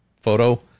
photo